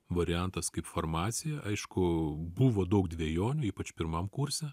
variantas kaip farmacija aišku buvo daug dvejonių ypač pirmam kurse